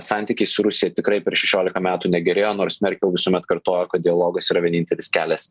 santykiai su rusija tikrai per šešiolika metų negerėjo nors merkel visuomet kartojo kad dialogas yra vienintelis kelias